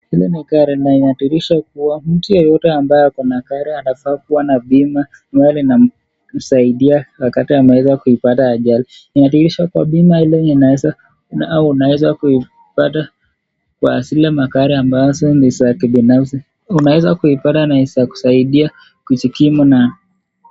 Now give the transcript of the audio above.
Hili ni gari na inadhihirisha kuwa mtu yeyote ambaye ako na gari anafaa kuwa na bima inayomsaidia wakati ambapo anaweza kuipata ajali inadhirisha kuwa bima hili inaweza au unaweza kuipata kwa zile magari ambazo ni za kibinafsi. Unaezakuipata na ikusaidie kujikimu nayo.